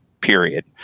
Period